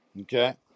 okay